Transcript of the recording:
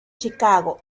chicago